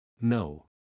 No